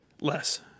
Less